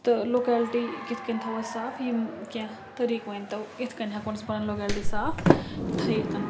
تہٕ لوکٮ۪لٹی کِتھ کٔنۍ تھاوو أسۍ صاف یِم کینٛہہ طٔریٖقہٕ ؤنۍتو کِتھ کٔنۍ ہٮ۪کو أسۍ پَنٕنۍ لوکٮ۪لٹی صاف تھٲیِتھ